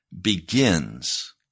begins